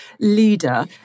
leader